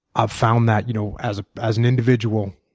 i've found that you know as as an individual,